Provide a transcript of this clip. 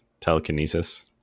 telekinesis